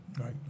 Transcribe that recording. Right